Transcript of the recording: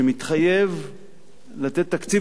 שמתחייב לתת תקציב